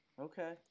Okay